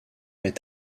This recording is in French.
est